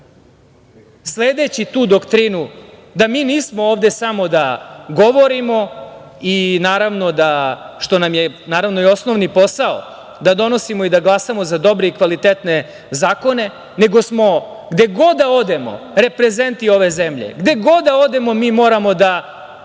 sledeći tu doktrinu da mi nismo ovde samo da govorimo i naravno da, što nam je i osnovni posao da donosimo i da glasamo za dobre i kvalitetne zakone, nego smo gde god da odemo reprezenti ove zemlje, gde god da odemo mi moramo da